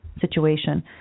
situation